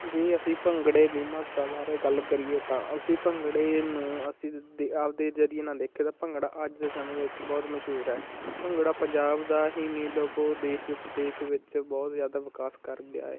ਜੇ ਅਸੀਂ ਭੰਗੜੇ ਦੀ ਮਹੱਤਤਾ ਬਾਰੇ ਗੱਲ ਕਰੀਏ ਤਾਂ ਅਸੀਂ ਭੰਗੜੇ ਨੂੰ ਅਸੀਂ ਦੇ ਆਪਣੇ ਜ਼ਰੀਏ ਨਾਲ ਦੇਖੀਏ ਤਾਂ ਭੰਗੜਾ ਅੱਜ ਦੇ ਸਮੇਂ ਵਿੱਚ ਬਹੁਤ ਮਸ਼ਹੂਰ ਹੈ ਭੰਗੜਾ ਪੰਜਾਬ ਦਾ ਹੀ ਨਹੀਂ ਲੋਗੋ ਦੇਸ਼ ਪ੍ਰਦੇਸ਼ ਵਿੱਚ ਬਹੁਤ ਜ਼ਿਆਦਾ ਵਿਕਾਸ ਕਰ ਗਿਆ ਹੈ